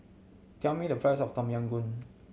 tell me the price of Tom Yam Goong